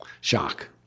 Shock